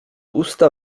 usta